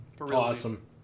Awesome